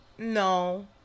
no